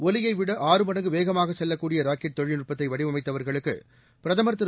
ஒலியை விட ஆறு மடங்கு வேகமாக செல்லக்கூடிய ராக்கெட் தொழில்நுட்பத்தை வடிவமைத்தவர்களுக்கு பிரதமர் திரு